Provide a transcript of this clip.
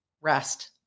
rest